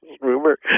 rumor